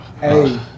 hey